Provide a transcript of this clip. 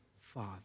father